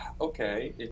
okay